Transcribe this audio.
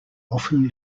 often